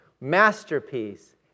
masterpiece